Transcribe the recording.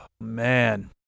man